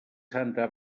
santa